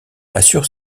assure